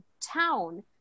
town